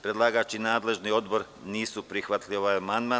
Predlagač i nadležni odbor nisu prihvatili ovaj amandman.